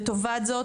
לטובת זאת,